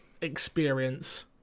experience